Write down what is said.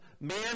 man